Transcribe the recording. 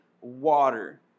water